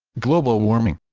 global warming